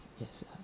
Yes